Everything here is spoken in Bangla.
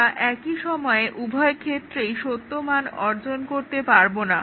আমরা একই সময়ে উভয়ের ক্ষেত্রেই সত্য মান অর্জন করতে পারব না